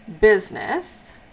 business